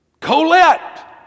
Colette